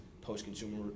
post-consumer